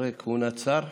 אחרי כהונת שר.